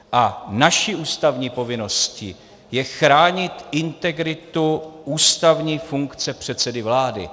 A naší ústavní povinností je chránit integritu ústavní funkce předsedy vlády.